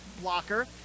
blocker